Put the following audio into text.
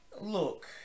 Look